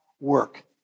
work